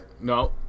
No